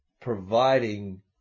providing